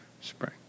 spring